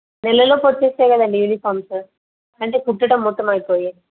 నెలలోపు వచ్చేస్తాయ కదండీ యూనిఫార్మ్స్ అంటే కుట్టటం మొత్తం అయిపోయి